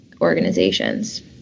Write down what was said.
organizations